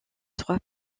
trois